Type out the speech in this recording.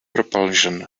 propulsion